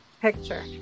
Picture